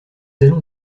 allons